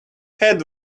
head